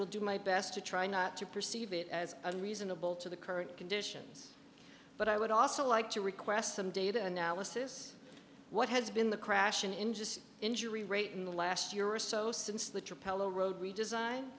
will do my best to try not to perceive it as a reasonable to the current conditions but i would also like to request some data analysis what has been the crash in interest injury rate in the last year or so since the two pellow road redesign